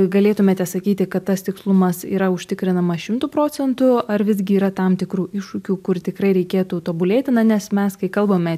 galėtumėte sakyti kad tas tikslumas yra užtikrinama šimtu procentų ar visgi yra tam tikrų iššūkių kur tikrai reikėtų tobulėti na nes mes kai kalbame